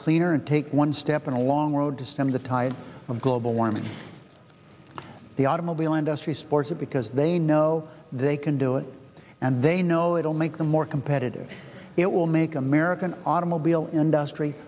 cleaner and take one step in a long road to stem the tide of global warming the automobile industry supports it because they know they can do it and they know it will make them more competitive it will make american automobile industry